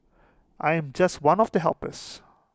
I am just one of the helpers